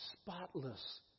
spotless